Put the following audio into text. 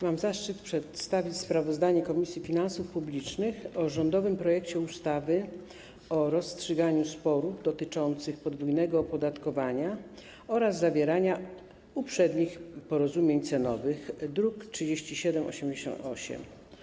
Mam zaszczyt przedstawić sprawozdanie Komisji Finansów Publicznych o rządowym projekcie ustawy o rozstrzyganiu sporów dotyczących podwójnego opodatkowania oraz zawieraniu uprzednich porozumień cenowych, druk nr 3788.